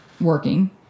working